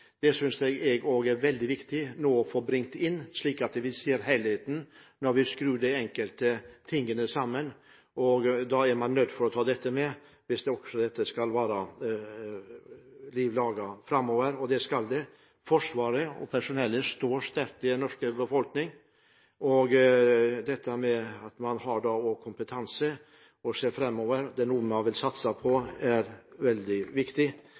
Det synes jeg er veldig viktig å få brakt inn nå, slik at vi ser helheten når vi skrur de enkelte tingene sammen. Da er vi nødt til å ta dette med hvis det skal være liv laga framover, og det skal det! Forsvaret og personellet står sterkt i den norske befolkningen, og dette med at man vil satse på kompetanse og se framover, er veldig viktig. Det tror jeg er